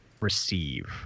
receive